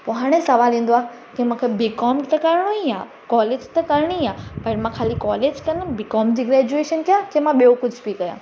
पोइ हाणे सुवालु ईंदो आहे की मूंखे बी कॉम त करिणो ई आहे कॉलेज त करिणी ई आहे पर मां ख़ाली कॉलेज कंदमि बी कॉम जी ग्रेजुएशन कयां की मां ॿियो कुझु बि कयां